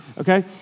okay